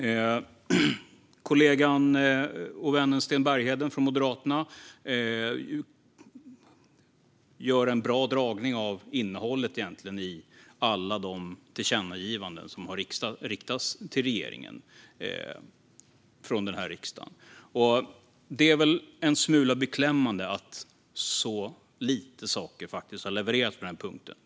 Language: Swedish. Min kollega och vän Sten Bergheden från Moderaterna gjorde en bra dragning av innehållet i alla riksdagens tillkännagivanden till regeringen. Det är en smula beklämmande att så lite har levererats på denna punkt.